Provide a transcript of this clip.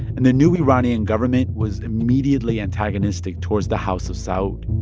and the new iranian government was immediately antagonistic towards the house of saud.